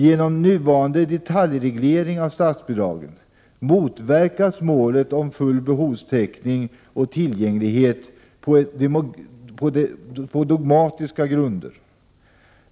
Genom nuvarande detaljreglering av statsbidragen motverkas målet om full behovstäckning och tillgänglighet på dogmatiska grunder.